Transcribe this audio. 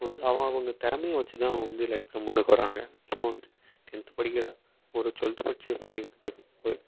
இப்போ வந்து அவ அவங்க திறமைய வெச்சுதான் அவங்க வந்து லைஃப்பில் முன்னுக்கு வராங்க இப்போ வந்து டென்த்து படிக்கிற ஒரு டுவெல்த்து படித்த பையன்கிட்ட போய்